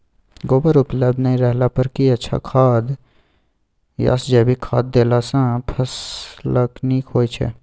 गोबर उपलब्ध नय रहला पर की अच्छा खाद याषजैविक खाद देला सॅ फस ल नीक होय छै?